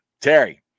Terry